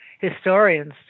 historians